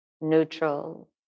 neutral